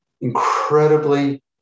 incredibly